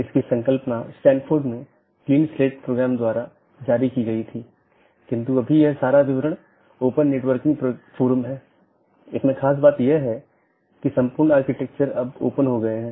यह केवल उन्हीं नेटवर्कों के विज्ञापन द्वारा पूरा किया जाता है जो उस AS में या तो टर्मिनेट होते हैं या उत्पन्न होता हो यह उस विशेष के भीतर ही सीमित है